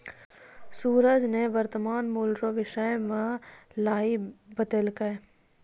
सूरज ने वर्तमान मूल्य रो विषय मे आइ बतैलकै